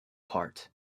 part